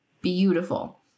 beautiful